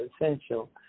essential